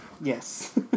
Yes